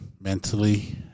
mentally